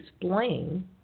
explain